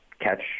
catch